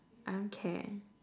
I don't care